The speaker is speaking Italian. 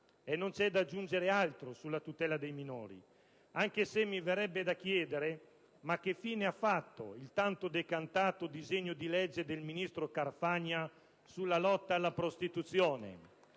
E non c'è da aggiungere altro sulla tutela dei minori, anche se mi verrebbe da chiedere: ma che fine ha fatto il tanto decantato disegno di legge del ministro Carfagna sulla lotta alla prostituzione?